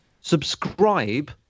Subscribe